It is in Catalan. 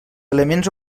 elements